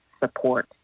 support